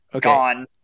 gone